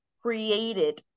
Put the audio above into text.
created